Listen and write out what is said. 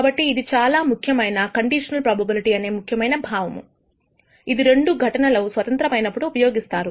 కాబట్టి ఇది చాలా ముఖ్యమైన కండిషనల్ ప్రోబబిలిటీ అనే ముఖ్యమైన భావము ఇది రెండు ఈ ఘటనలు స్వతంత్రమైనప్పుడు ఉపయోగిస్తారు